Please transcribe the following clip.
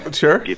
sure